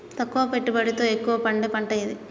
తక్కువ పెట్టుబడితో ఎక్కువగా పండే పంట ఏది?